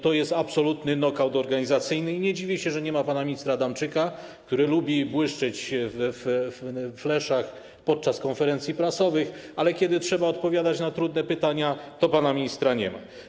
To jest absolutny nokaut organizacyjny i nie dziwię się, że nie ma pana ministra Adamczyka, który lubi błyszczeć w blasku fleszy podczas konferencji prasowych, ale kiedy trzeba odpowiadać na trudne pytania, to pana ministra nie ma.